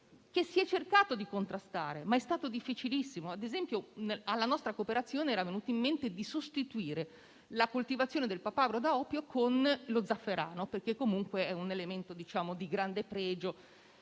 che si è cercato di contrastare, ma è stato difficilissimo. Alla nostra cooperazione era venuto in mente di sostituire la coltivazione del papavero da oppio con lo zafferano, perché comunque è un elemento di grande pregio.